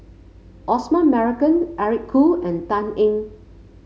Osman Merican Eric Khoo and Dan Ying